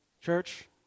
church